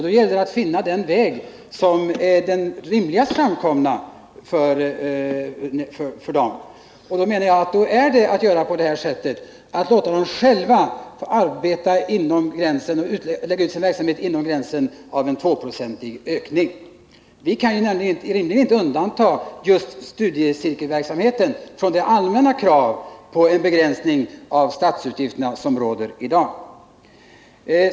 Då gäller det att hitta den för dem lättast framkomliga vägen för detta, och jag menar att det är att låta dem själva arbeta inom den fastställda ramen, med en tvåprocentig höjning. Vi kan rimligen inte undanta just studiecirkelverksamheten från det allmänna krav på en begränsning av statsutgifterna som råder i dag.